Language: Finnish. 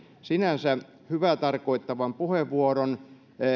sinänsä hyvää tarkoittavan puheenvuoron